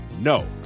no